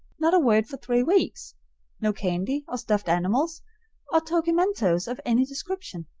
not a word for three weeks no candy or stuffed animals or tokimentoes of any description.